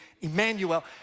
Emmanuel